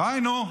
די, נו.